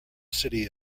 city